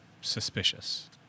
suspicious